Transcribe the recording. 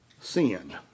sin